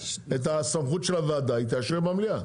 את הסמכות של הוועדה היא תאשר במליאה.